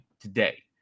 today